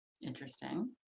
Interesting